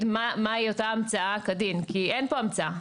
מהי אותה המצאה כדין כי אין כאן המצאה.